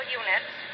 units